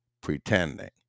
pretending